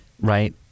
Right